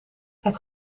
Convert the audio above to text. het